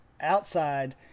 outside